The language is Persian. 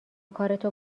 کارتو